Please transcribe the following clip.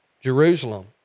Jerusalem